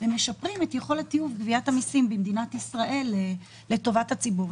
ומשפרים את יכולת טיוב גביית המיסים במדינת ישראל לטובת הציבור.